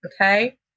Okay